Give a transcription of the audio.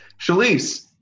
Shalice